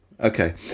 Okay